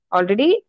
Already